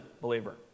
believer